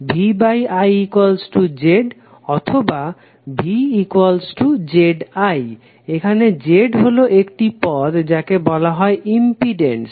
VIZorVZI এখানে Z হলো একটি পদ যাকে বলা হয় ইম্পিডেন্স